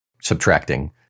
subtracting